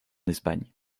espagne